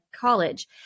College